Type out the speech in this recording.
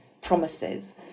promises